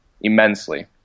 immensely